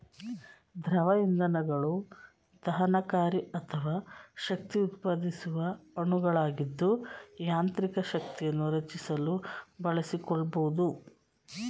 ದ್ರವ ಇಂಧನಗಳು ದಹನಕಾರಿ ಅಥವಾ ಶಕ್ತಿಉತ್ಪಾದಿಸುವ ಅಣುಗಳಾಗಿದ್ದು ಯಾಂತ್ರಿಕ ಶಕ್ತಿಯನ್ನು ರಚಿಸಲು ಬಳಸಿಕೊಳ್ಬೋದು